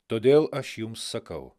todėl aš jums sakau